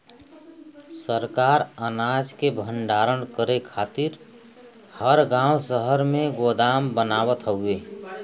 सरकार अनाज के भण्डारण करे खातिर हर गांव शहर में गोदाम बनावत हउवे